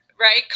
right